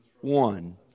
one